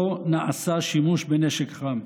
לא נעשה שימוש בנשק חם.